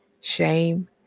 shame